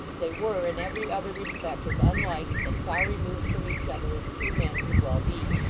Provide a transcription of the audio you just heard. they were, in every other respect, as unlike and far removed from each other as two men could well be.